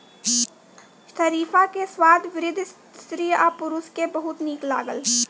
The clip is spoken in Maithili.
शरीफा के स्वाद वृद्ध स्त्री आ पुरुष के बहुत नीक लागल